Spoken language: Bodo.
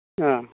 अ